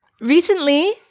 Recently